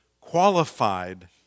qualified